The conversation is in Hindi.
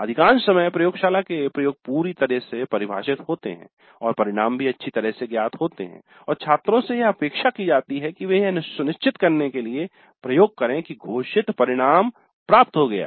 अधिकांश समय प्रयोगशाला के प्रयोग पूरी तरह से परिभाषित होते हैं और परिणाम भी अच्छी तरह से ज्ञात होते हैं और छात्रों से अपेक्षा की जाती है कि वे यह सुनिश्चित करने के लिए प्रयोग करें कि घोषित परिणाम प्राप्त हो गया है